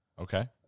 Okay